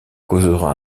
causera